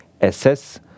assess